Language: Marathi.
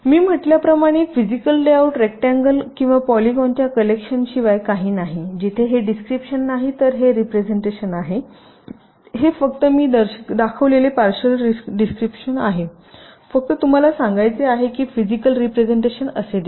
मी म्हटल्याप्रमाणे फिजिकल लेआउट रेक्टट्यांगल किंवा पॉलीगोनच्या कलेक्शनशिवाय काही नाही जिथे हे डिस्क्रिपशन नाही तर हे रीप्रेझेन्टटेशन आहे हे फक्त मी दाखविलेले पार्शल डिस्क्रिपशन आहे फक्त तुम्हाला सांगायचे आहे की फिजिकल रीप्रेझेन्टटेशन असे दिसते